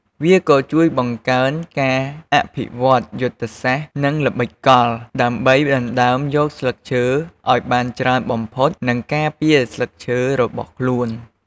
វាក៏ជួយបង្កើនការអភិវឌ្ឍយុទ្ធសាស្ត្រ និងល្បិចកល ដើម្បីដណ្ដើមយកស្លឹកឈើឱ្យបានច្រើនបំផុត និងការពារស្លឹកឈើរបស់ខ្លួន។